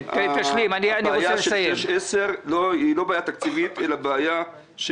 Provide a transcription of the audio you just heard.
הבעיה של 6-10 זאת לא בעיה תקציבית אלא בעיה של